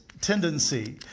tendency